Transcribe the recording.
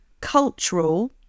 cultural